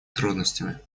трудностями